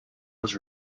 was